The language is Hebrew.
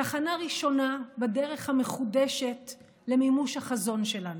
תחנה ראשונה בדרך המחודשת למימוש החזון שלנו,